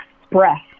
express